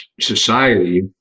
society